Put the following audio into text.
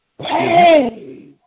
Hey